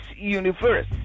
universe